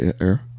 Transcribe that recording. air